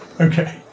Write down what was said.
okay